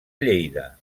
lleida